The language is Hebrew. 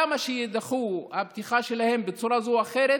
כמה שתידחה הפתיחה שלהם בצורה כזאת או אחרת